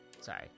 sorry